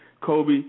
Kobe